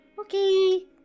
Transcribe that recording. Okay